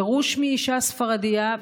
גרוש מאישה ספרדייה,